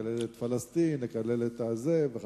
לקלל את פלסטין וכדומה,